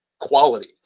quality